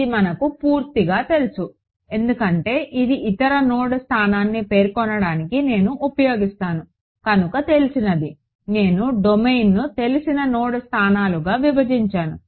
ఇది మనకు పూర్తిగా తెలుసు ఎందుకంటే ఇది ఇతర నోడ్ స్థానాన్ని పేర్కొనడానికి నేను ఉపయోగిస్తాను కనుక తెలిసినది నేను డొమైన్ను తెలిసిన నోడ్ స్థానాలుగా విభజించాను